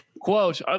Quote